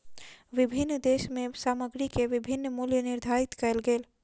विभिन्न देश में सामग्री के विभिन्न मूल्य निर्धारित कएल गेल